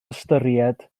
ystyried